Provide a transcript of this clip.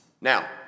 now